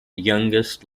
youngest